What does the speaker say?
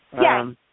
Yes